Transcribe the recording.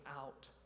out